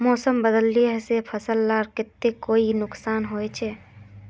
मौसम बदलिले से फसल लार केते कोई नुकसान होचए?